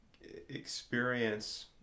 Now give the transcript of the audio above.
experience